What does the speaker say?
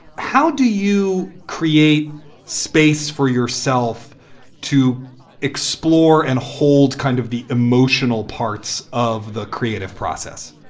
how do you create space for yourself to explore and hold kind of the emotional parts of the creative process?